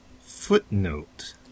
Footnote